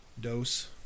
Dose